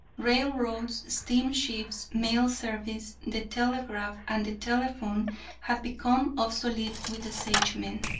railroads, steamships, mail service, the telegraph and telephone had become obsolete with the sagemen.